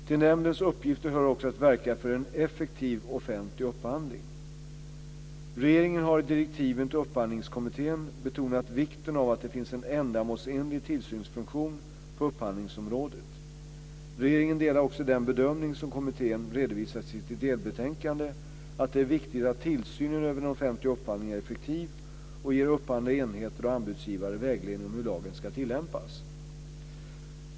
Till nämndens uppgifter hör också att verka för en effektiv offentlig upphandling. Regeringen har i direktiven till Upphandlingskommittén betonat vikten av att det finns en ändamålsenlig tillsynsfunktion på upphandlingsområdet. Regeringen delar också den bedömning som kommittén redovisat i sitt delbetänkande, att det är viktigt att tillsynen över den offentliga upphandlingen är effektiv och ger upphandlande enheter och anbudsgivare vägledning om hur lagen ska tillämpas.